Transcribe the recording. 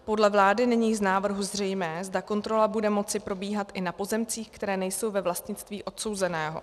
Podle vlády není z návrhu zřejmé, zda kontrola bude moci probíhat i na pozemcích, které nejsou ve vlastnictví odsouzeného.